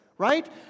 right